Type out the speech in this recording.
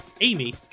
Amy